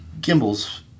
gimbals